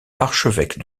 archevêque